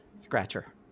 scratcher